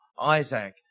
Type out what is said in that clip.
Isaac